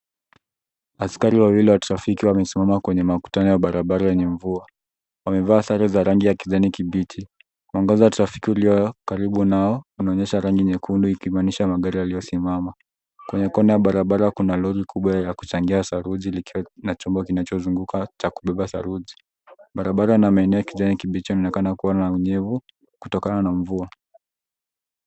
Askari wawili wa trafiki wamesimama kwenye makutano ya barabara yenye mvua. Wamevaa sare za rangi ya kijani kibichi. Mwangaza wa trafiki ulio karibu nao unaonyesha rangi nyekundu ikibainisha magari yaliyosimama. Kwenye kona ya barabara kuna lori kubwa ya kuchangia saruji likiwa na chombo cha kinachozunguka cha kubeba saruji. Barabara ina maeneo ya kijani kibichi unaoonekana kuwa na unyevu kutokana na mvua.